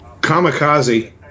kamikaze